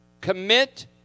commit